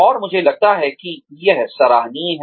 और मुझे लगता है कि यह सराहनीय है